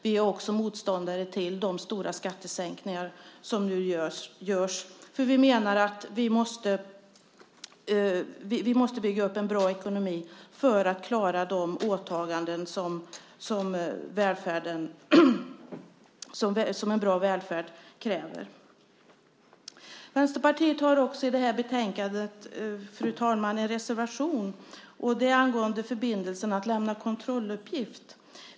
Vi är också motståndare till de stora skattesänkningar som nu görs, för vi menar att vi måste bygga upp en bra ekonomi för att klara de åtaganden som en bra välfärd kräver. Fru talman! Vänsterpartiet har också en reservation i detta betänkande, och det är angående förbindelsen att lämna kontrolluppgift.